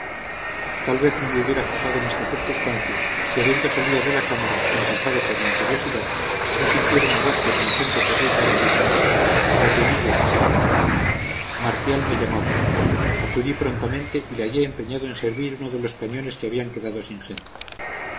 tal vez no me hubiera fijado en esta circunstancia si habiendo salido de la cámara impulsado por mi curiosidad no sintiera una voz que con acento terrible me dijo gabrielillo aquí marcial me llamaba acudí prontamente y le hallé empeñado en servir uno de los cañones que habían quedado sin gente